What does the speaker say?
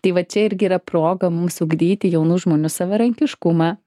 tai va čia irgi yra proga mums ugdyti jaunų žmonių savarankiškumą